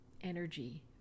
energy